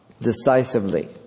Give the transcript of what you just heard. decisively